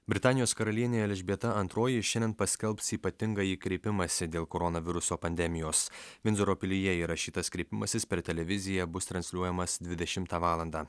britanijos karalienė elžbieta antroji šiandien paskelbs ypatingąjį kreipimąsi dėl koronaviruso pandemijos vinzoro pilyje įrašytas kreipimasis per televiziją bus transliuojamas dvidešimtą valandą